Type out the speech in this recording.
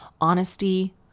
honesty